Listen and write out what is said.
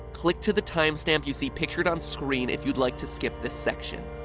click to the time stamp you see pictured on screen if you'd like to skip this section.